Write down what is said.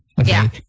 Okay